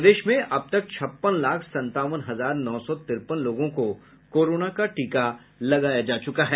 प्रदेश में अब तक छप्पन लाख संतावन हजार नौ सौ तिरपन लोगों को कोरोना का टीका लगाया जा चुका है